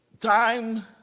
time